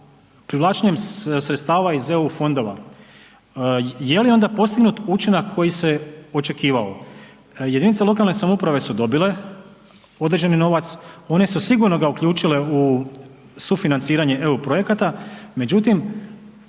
sredstava iz eu fondova, jeli onda postignut učinak koji se očekivao? Jedinice lokalne samouprave su dobile određeni novac, one su ga sigurno uključile u sufinanciranje eu projekata, međutim